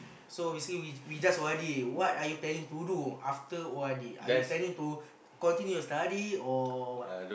so basically we we just O_R_D what are you planning to do after O_R_D are you planning to continue study or what